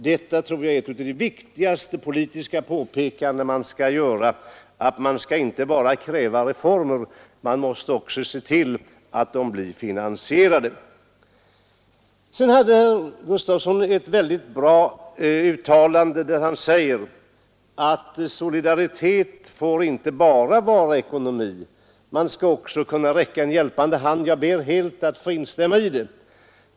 Detta är ett av de viktigaste politiska påpekanden man kan göra, nämligen att man inte kan enbart kräva reformer, utan man måste också se till att de blir finansierade. Sedan gjorde herr Gustavsson ett väldigt bra uttalande, nämligen att solidaritet får inte bara vara ekonomi. Man skulle också kunna räcka en hjälpande hand. Jag vill helt instämma i detta.